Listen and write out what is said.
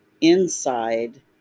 inside